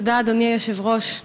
אדוני היושב-ראש,